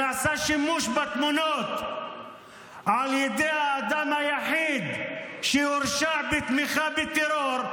נעשה שימוש בתמונות על ידי האדם היחיד שהורשע בתמיכה בטרור,